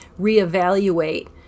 reevaluate